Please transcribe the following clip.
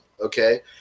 okay